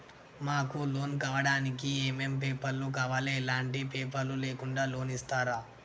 మాకు లోన్ కావడానికి ఏమేం పేపర్లు కావాలి ఎలాంటి పేపర్లు లేకుండా లోన్ ఇస్తరా?